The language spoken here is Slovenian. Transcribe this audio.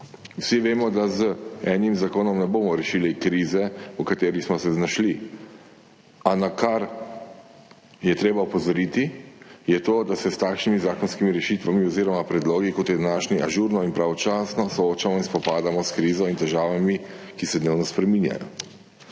Vsi vemo, da z enim zakonom ne bomo rešili krize v kateri smo se znašli, a na kar je treba opozoriti je to, da se s takšnimi zakonskimi rešitvami oziroma predlogi kot je današnji, ažurno in pravočasno soočamo in spopadamo s krizo in težavami, ki se dnevno spreminjajo.